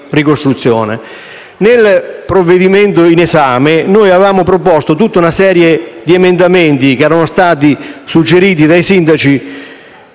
Nel provvedimento in esame noi avevamo proposto una serie di emendamenti suggeriti dai sindaci